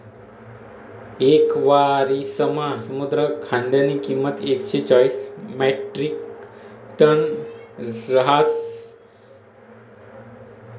येक वरिसमा समुद्र खाद्यनी किंमत एकशे चाईस म्याट्रिकटन रहास